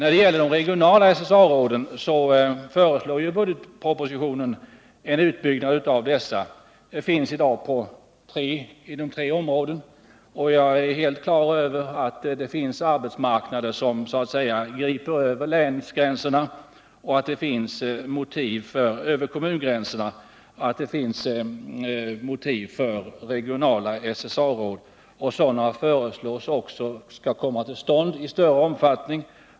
I budgetpropositionen föreslås en utbyggnad av de regionala SSA-råden. Sådana finns i dag inom tre områden. Jag är helt på det klara med att det finns arbetsmarknader som griper över kommungränserna och att det därför finns motiv för regionala SSA-råd. Sådana föreslås också komma till stånd i större omfattning.